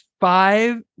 five